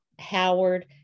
Howard